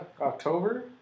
October